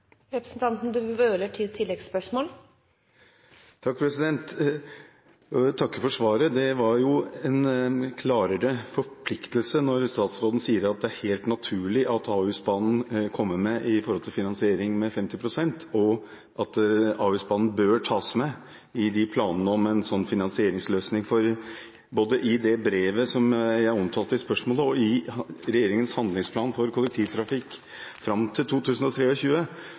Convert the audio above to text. Jeg vil takke for svaret. Det er jo en klarere forpliktelse når statsråden sier at det er helt naturlig at Ahusbanen kommer med i en finansiering på 50 pst., og at Ahusbanen bør tas med i planene om en slik finansieringsløsning. Både i det brevet som jeg omtalte i spørsmålet, og i regjeringens handlingsplan for kollektivtransport fram til